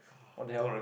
what the hell